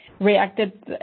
reacted